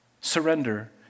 Surrender